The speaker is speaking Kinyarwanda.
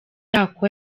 yako